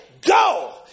Go